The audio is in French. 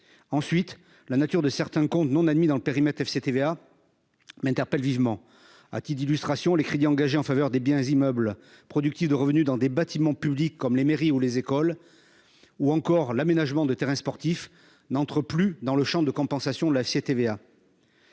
ailleurs, la nature de certains comptes non admis dans le périmètre FCTVA m'interpelle vivement. À titre d'illustration, les crédits engagés en faveur des biens immeubles, productifs de revenus dans les bâtiments publics, dont les mairies, les écoles ou les terrains sportifs, n'entrent plus dans le champ de compensation du FCTVA.